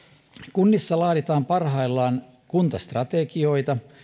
kunnissa laaditaan parhaillaan kuntastrategioita